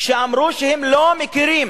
שאמרו שהם לא מכירים.